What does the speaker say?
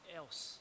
else